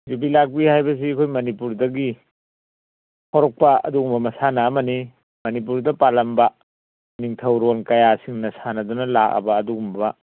ꯌꯨꯕꯤ ꯂꯥꯛꯄꯤ ꯍꯥꯏꯕꯁꯤ ꯑꯩꯈꯣꯏ ꯃꯅꯤꯄꯨꯔꯗꯒꯤ ꯍꯧꯔꯛꯄ ꯑꯗꯨꯒꯨꯝꯕ ꯃꯁꯥꯟꯅ ꯑꯃꯅꯤ ꯃꯅꯤꯄꯨꯔꯗ ꯄꯥꯜꯂꯝꯕ ꯅꯤꯡꯊꯧꯔꯣꯜ ꯀꯌꯥꯁꯤꯡꯅ ꯁꯥꯟꯅꯗꯨꯅ ꯂꯥꯛꯂꯕ ꯑꯗꯨꯒꯨꯝꯕ